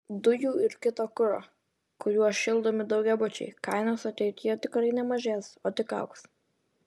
dujų ir kito kuro kuriuo šildomi daugiabučiai kainos ateityje tikrai nemažės o tik augs